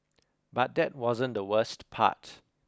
but that wasn't the worst part